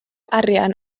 arian